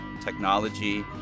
technology